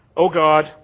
oh, god,